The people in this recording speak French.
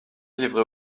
livrer